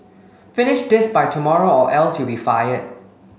finish this by tomorrow or else you'll be fired